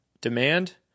Demand